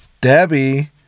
Debbie